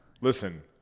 Listen